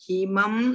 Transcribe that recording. Himam